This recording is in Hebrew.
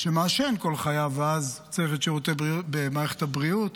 שמעשן כל חייו ואז צריך את שירותי מערכת הבריאות,